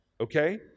Okay